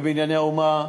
ב"בנייני האומה",